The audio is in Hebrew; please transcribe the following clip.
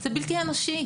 זה בלתי אנושי.